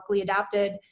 adapted